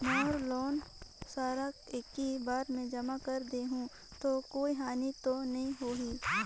मोर loan सारा एकी बार मे जमा कर देहु तो कोई हानि तो नी होही?